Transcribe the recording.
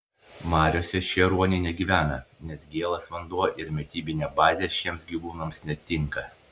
mariose šie ruoniai negyvena nes gėlas vanduo ir mitybinė bazė šiems gyvūnams netinka